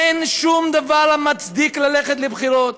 אין שום דבר המצדיק ללכת לבחירות.